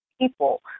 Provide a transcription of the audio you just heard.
people